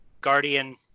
Guardian